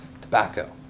tobacco